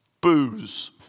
Booze